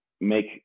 make